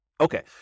Okay